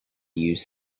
used